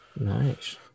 Nice